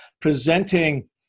presenting